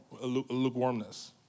lukewarmness